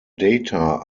data